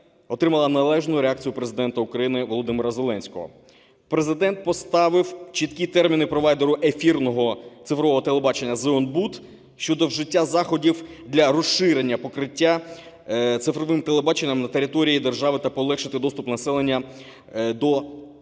отримало належну реакцію Президента України Володимира Зеленського. Президент поставив чіткі терміни провайдеру ефірного цифрового телебачення "ЗЕОНБУД" щодо вжиття заходів для розширення покриття цифровим телебаченням на території держави та полегшити доступ населення до